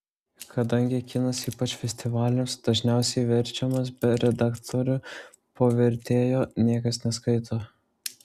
kadangi kinas ypač festivaliams dažniausiai verčiamas be redaktorių po vertėjo niekas neskaito